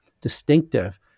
distinctive